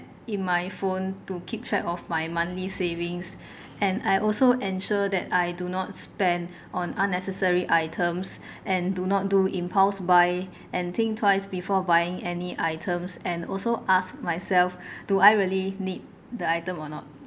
in my phone to keep track of my monthly savings and I also ensure that I do not spend on unnecessary items and do not do impulse buy and think twice before buying any items and also asked myself do I really need the item or not